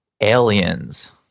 aliens